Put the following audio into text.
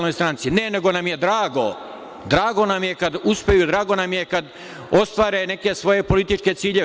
Ne, nego nam je drago, drago nam je kada uspeju, drago nam je kada ostvare neke svoje političke ciljeve.